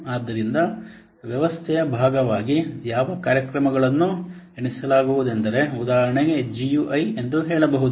ಆದ್ದರಿಂದ ವ್ಯವಸ್ಥೆಯ ಭಾಗವಾಗಿ ಯಾವ ಕಾರ್ಯಕ್ರಮಗಳನ್ನು ಎಣಿಸಲಾಗುವುದೆಂದರೆ ಉದಾಹರಣೆಗೆ GUI ಎಂದುಹೇಳಬಹುದು